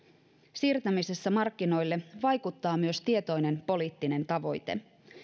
siirtämisessä markkinoille vaikuttaa myös tietoinen poliittinen tavoite